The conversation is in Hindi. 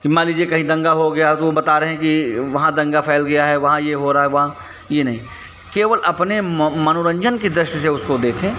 कि मान लीजिए कहीं दंगा हो गया तो वह बता रहे हैं कि वहाँ दंगा फैल गया है वहाँ यह हो रहा है वहाँ यह नहीं केवल अपने मनोरंजन की दृष्टि से उसको देखें